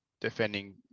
defending